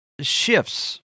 shifts